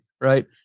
right